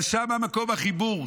אבל שם מקום החיבור,